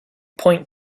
point